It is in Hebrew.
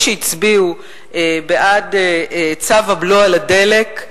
שהצביעו כאן לפני כמה שעות בעד צו הבלו על הדלק,